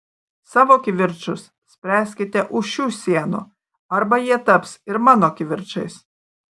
savo kivirčus spręskite už šių sienų arba jie taps ir mano kivirčais